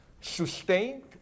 sustained